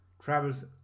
travels